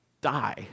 die